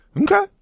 Okay